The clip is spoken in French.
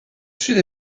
sud